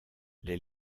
les